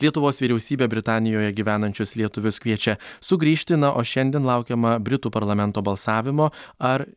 lietuvos vyriausybė britanijoje gyvenančius lietuvius kviečia sugrįžti na o šiandien laukiama britų parlamento balsavimo ar